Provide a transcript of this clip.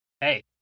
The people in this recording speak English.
hey